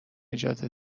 اجازه